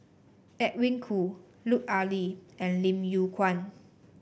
Edwin Koo Lut Ali and Lim Yew Kuan